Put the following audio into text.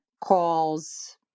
calls